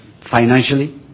financially